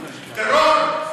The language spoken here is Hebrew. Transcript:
מומחית לטרור.